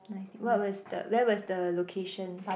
ninety what was the where was the location